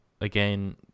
Again